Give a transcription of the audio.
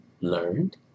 learned